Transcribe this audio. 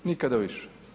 Nikada više.